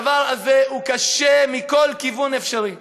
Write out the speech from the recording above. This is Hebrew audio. הדבר הזה קשה מכל כיוון אפשרי.